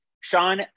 Sean